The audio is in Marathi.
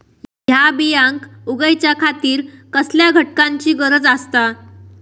हया बियांक उगौच्या खातिर कसल्या घटकांची गरज आसता?